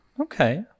okay